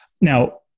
Now